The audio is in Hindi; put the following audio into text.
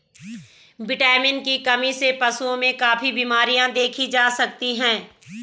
विटामिन की कमी से पशुओं में काफी बिमरियाँ देखी जा सकती हैं